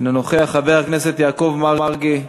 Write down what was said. אינו נוכח, חבר הכנסת יעקב מרגי,